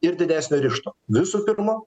ir didesnio ryžto visų pirma